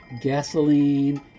gasoline